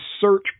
search